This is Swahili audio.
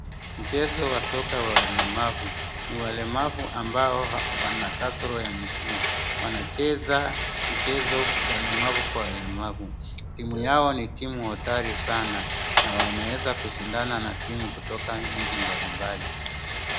Mchezo wa soka wa walemavu ni wa walemavu ambao wana kasoro ya miguu. Wanacheza mchezo walemavu kwa walemavu. Timu yao ni timu hatari sana na wanaweza kushindana na timu kutoka nchi mbalimbali.